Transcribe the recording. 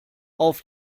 auf